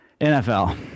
NFL